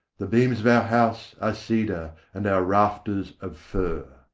the beams of our house are cedar, and our rafters of fir.